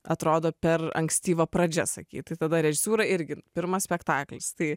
atrodo per ankstyva pradžia sakyt tai tada režisūra irgi pirmas spektaklis tai